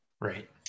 right